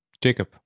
Jacob